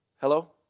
Hello